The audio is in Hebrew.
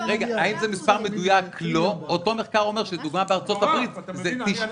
אותו מחקר אומר שמדובר בארצות-הברית -- זה מטורף.